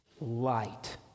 light